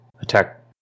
attack